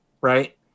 right